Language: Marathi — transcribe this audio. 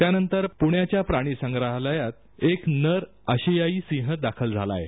त्यानंतर पुण्याच्या प्राणीसंग्रहालयात एशियन सिंह दाखल झाला आहे